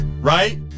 right